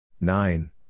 Nine